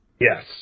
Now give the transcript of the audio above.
Yes